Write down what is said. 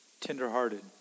tenderhearted